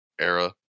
era